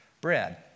bread